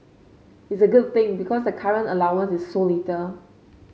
it's a good thing because the current allowance is so little